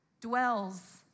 dwells